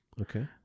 Okay